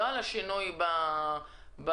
לא על השינוי בפרטים.